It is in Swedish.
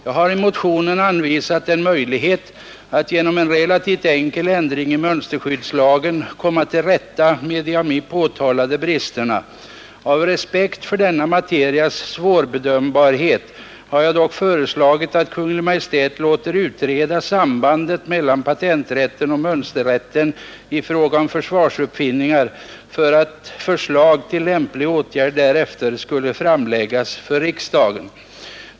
Jag har i motionen anvisat en möjlighet att genom en relativt enkel ändring i mönsterskyddslagen komma till rätta med de av mig påtalade bristerna. Av respekt för denna materias svårbedömbarhet har jag dock föreslagit att Kungl. Maj:t skall låta utreda sambandet mellan patenträtten och mönsterrätten i fråga om försvarsuppfinningar och att förslag till lämplig åtgärd därefter skall framläggas för riksdagen.